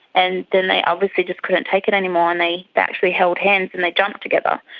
and then they obviously just couldn't take it anymore and they actually held hands and they jumped together.